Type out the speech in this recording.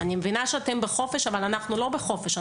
אני מבינה שאתם בחופש אבל אנחנו לא בחופש,